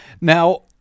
Now